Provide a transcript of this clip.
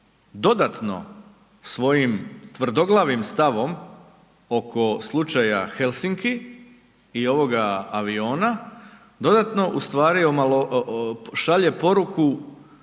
dodatno svojim tvrdoglavim stavom oko slučaja Helsinki i ovoga aviona, dodatno ustvari šalje poruku